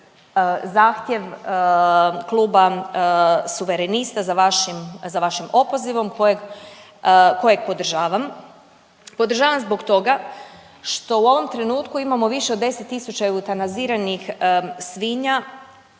zahtjev kluba Suverenista za vašim opozivom kojeg podržavam. Podržavam zbog toga što u ovom trenutku imamo više od 10 000 eutanaziranih svinja.